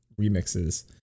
remixes